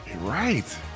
Right